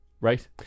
right